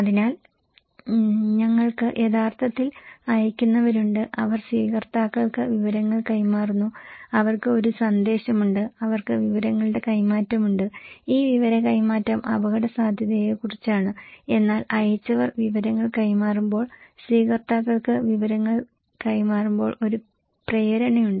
അതിനാൽ ഞങ്ങൾക്ക് യഥാർത്ഥത്തിൽ അയയ്ക്കുന്നവരുണ്ട് അവർ സ്വീകർത്താക്കൾക്ക് വിവരങ്ങൾ കൈമാറുന്നു അവർക്ക് ഒരു സന്ദേശമുണ്ട് അവർക്ക് വിവരങ്ങളുടെ കൈമാറ്റമുണ്ട് ഈ വിവര കൈമാറ്റം അപകടസാധ്യതയെക്കുറിച്ചാണ് എന്നാൽ അയച്ചവർ വിവരങ്ങൾ കൈമാറുമ്പോൾ സ്വീകർത്താക്കൾക്ക് വിവരങ്ങൾ കൈമാറുമ്പോൾ ഒരു പ്രേരണയുണ്ട്